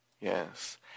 yes